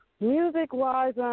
Music-wise